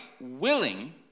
willing